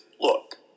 look